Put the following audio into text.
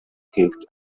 kicked